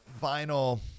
final